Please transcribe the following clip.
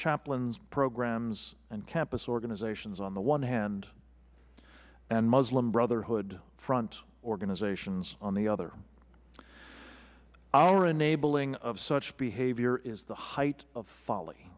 chaplain programs and campus organizations on the one hand and muslim brotherhood front organizations on the other our enabling of so much behavior is the height of foll